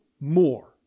more